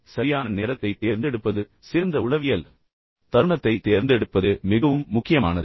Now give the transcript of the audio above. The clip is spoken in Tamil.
எனவே சரியான நேரத்தைத் தேர்ந்தெடுப்பது சிறந்த உளவியல் தருணத்தைத் தேர்ந்தெடுப்பது மிகவும் முக்கியமானது